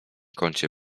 kącie